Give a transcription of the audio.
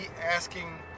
asking